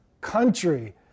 country